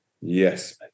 yes